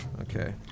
Okay